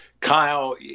Kyle